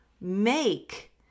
make